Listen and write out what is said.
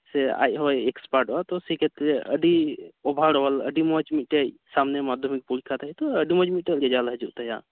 ᱥᱮ ᱟᱡ ᱦᱚᱸᱭ ᱮᱠᱥᱯᱟᱴᱚᱜᱼᱟ ᱥᱮ ᱠᱷᱮᱛᱨᱮ ᱟᱰᱤ ᱚᱵᱷᱟᱨ ᱚᱞ ᱟᱹᱰᱤ ᱢᱚᱸᱡᱽ ᱢᱤᱫᱴᱮᱡ ᱥᱟᱢᱱᱮ ᱢᱟᱫᱽᱫᱷᱚᱢᱤᱠ ᱯᱚᱨᱤᱠᱠᱷᱟᱨᱮ ᱡᱮᱦᱮᱛᱩ ᱟᱹᱰᱤ ᱢᱚᱸᱡᱽ ᱢᱤᱫᱴᱤᱮ ᱨᱮᱡᱟᱞᱴ ᱦᱤᱡᱩᱜ ᱛᱟᱭᱟ